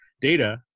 data